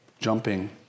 jumping